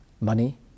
Money